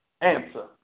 answer